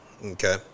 Okay